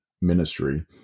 ministry